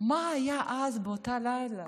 מה היה אז באותו לילה,